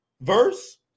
verse